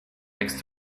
next